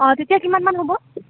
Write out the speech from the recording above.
অঁ তেতিয়া কিমানমান হ'ব